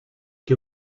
que